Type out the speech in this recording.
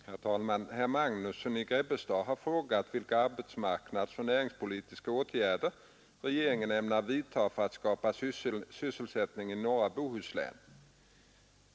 Herr talman! Herr Magnusson i Grebbestad har frågat vilka arbetsmarknadsoch näringspolitiska åtgärder regeringen ämnar vidta för att skapa sysselsättning i norra Bohuslän.